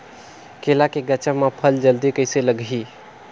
केला के गचा मां फल जल्दी कइसे लगही?